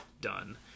done